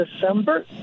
December